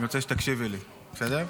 אני רוצה שתקשיבי לי, בסדר?